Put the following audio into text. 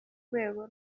rwego